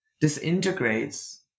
disintegrates